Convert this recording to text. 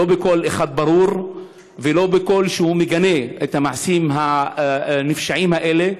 לא בקול אחד ברור ולא בקול שמגנה את המעשים הנפשעים האלה.